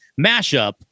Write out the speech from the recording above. mashup